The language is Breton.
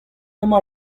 emañ